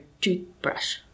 toothbrush